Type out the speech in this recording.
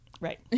Right